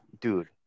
dude